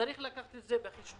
צריך לקחת את זה בחשבון,